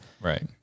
Right